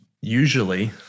usually